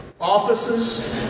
offices